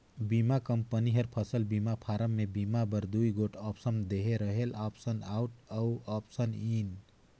बीमा कंपनी हर फसल बीमा फारम में बीमा बर दूई गोट आप्सन देहे रहेल आप्सन आउट अउ आप्सन इन